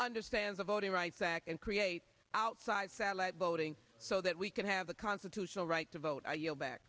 understand the voting rights act and create outside satellite voting so that we can have a constitutional right to vote i yield back